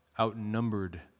outnumbered